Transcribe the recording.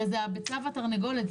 זה הרי הביצה והתרנגולת,